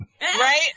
Right